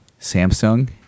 Samsung